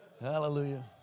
hallelujah